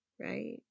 right